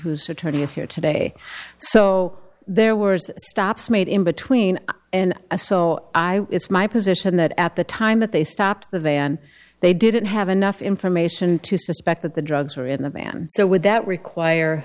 who's attorney is here today so there were stops made in between and a so i it's my position that at the time that they stopped the van they didn't have enough information to suspect that the drugs were in the van so would that require